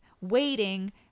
waiting